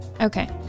Okay